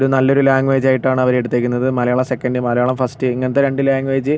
ഒരു നല്ലൊരു ലാംഗ്വേജ് ആയിട്ടാണ് അവർ എടുത്തിരിക്കുന്നത് മലയാളം സെക്കൻഡ് മലയാളം ഫസ്റ്റ് ഇങ്ങനത്തെ രണ്ട് ലാംഗ്വേജ്